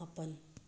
ꯃꯥꯄꯜ